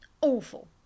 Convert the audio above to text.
awful